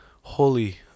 Holy